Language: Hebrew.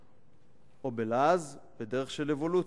או בלעז, בדרך של אבולוציה.